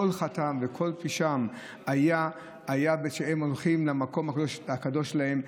כל חטאם וכל פשעם היה שהם הלכו למקום הקדוש להם.